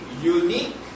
unique